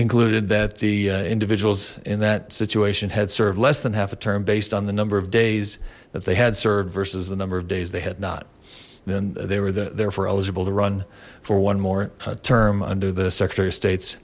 concluded that the individuals in that situation had served less than half a term based on the number of days that they had served versus the number of days they had not and they were therefore eligible to run for one more term under the secretary of state